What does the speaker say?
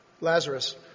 Lazarus